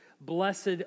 Blessed